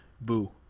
boo